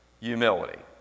humility